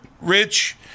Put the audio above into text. rich